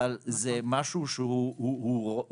אבל זה משהו שהוא רוחבי,